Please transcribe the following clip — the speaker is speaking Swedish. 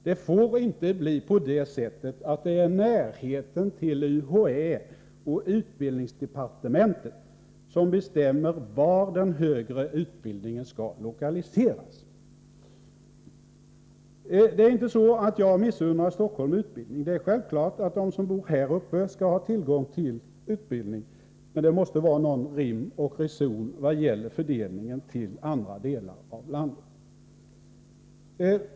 Det får inte bli på det sättet att det är närheten till UHÄ och utbildningsdepartementet som bestämmer var den högre utbildningen skall lokaliseras. Det är inte så att jag missunnar Stockholm utbildning. Det är självklart att också de som bor här uppe skall ha tillgång till utbildning. Men det måste vara någon rim och reson vad gäller fördelningen till andra delar av landet.